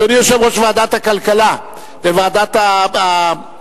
אדוני יושב-ראש ועדת הכלכלה ואדוני יושב-ראש ועדת העבודה,